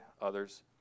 others